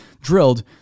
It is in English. drilled